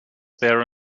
there